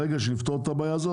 ברגע שנפתור את הבעיה הזאת,